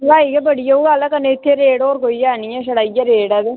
मैंह्गाई गै बड़ी ऐ उ'ऐ गल्ल ऐ ते कन्नै इत्थै रेट होर कोई है निं ऐ ते छड़ा इ'यै रेट ऐ ते